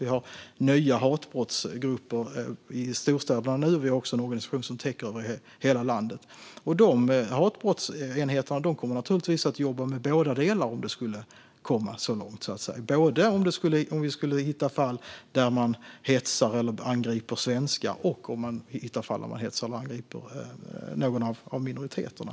Vi har nya hatbrottsgrupper i storstäderna nu, och vi har också en organisation som täcker hela landet. Dessa hatbrottsenheter kommer naturligtvis att jobba med båda delar om det skulle komma så långt. Detta gäller både om man hittar fall där personer hetsar eller angriper svenskar och om man hittar fall där personer hetsar eller angriper någon av minoriteterna.